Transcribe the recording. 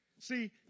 See